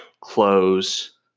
close